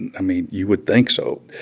and i mean, you would think so.